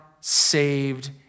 saved